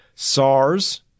SARS